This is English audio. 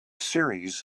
series